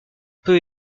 peu